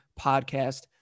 Podcast